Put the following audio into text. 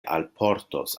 alportos